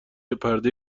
پرده